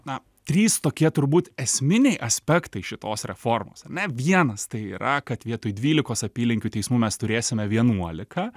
na trys tokie turbūt esminiai aspektai šitos reformos ar ne vienas tai yra kad vietoj dvylikos apylinkių teismų mes turėsime vienuolika